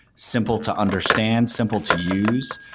simple to understand, simple to use.